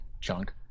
chunk